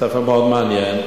ספר מאוד מעניין,